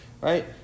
right